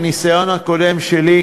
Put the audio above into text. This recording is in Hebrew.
מהניסיון הקודם שלי,